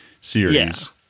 series